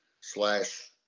slash